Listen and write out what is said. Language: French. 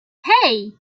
hey